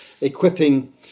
equipping